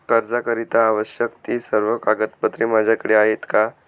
कर्जाकरीता आवश्यक ति सर्व कागदपत्रे माझ्याकडे आहेत का?